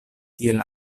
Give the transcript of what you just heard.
tiel